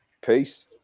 Peace